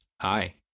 Hi